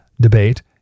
debate